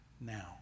now